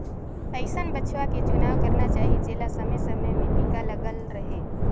अइसन बछवा के चुनाव करना चाही जेला समे समे में टीका लगल रहें